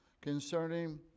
concerning